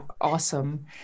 awesome